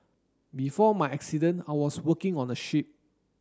before my accident I was working on a ship